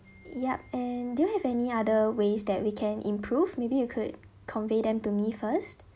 yup and do you have any other ways that we can improve maybe you could convey them to me first